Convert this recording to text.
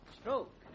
Stroke